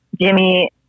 Jimmy